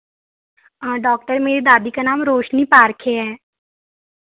हाँ डॉक्टर मेरी दादी का नाम रोशनी पारखे है